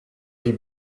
die